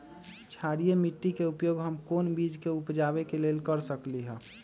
क्षारिये माटी के उपयोग हम कोन बीज के उपजाबे के लेल कर सकली ह?